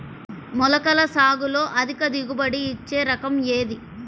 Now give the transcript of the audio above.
మొలకల సాగులో అధిక దిగుబడి ఇచ్చే రకం ఏది?